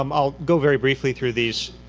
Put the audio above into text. um i'll go very briefly through these.